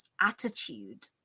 attitude